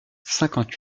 cinquante